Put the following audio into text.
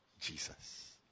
Jesus